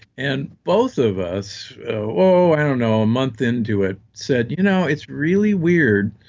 and both of us, oh i don't know, a month into it said, you know, it's really weird